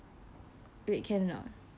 wait can or not